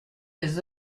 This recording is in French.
des